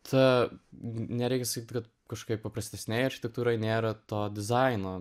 ta nereikia sakyti kad kažkokioj paprastesnėj architektūroje nėra to dizaino